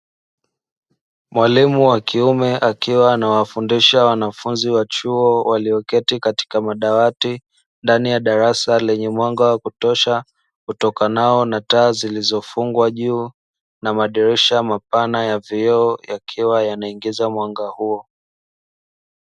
Mwalimu wa kiume akiwa anawafundisha wanafunzi wa chuo walioketi katika madawati, ndani ya darasa lenye mwanga wa kutosha, kutokana nao na taa zilizofungwa juu na madirisha mapana ya vioo yakiwa yanaingiza mwanga huo.